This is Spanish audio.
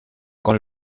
con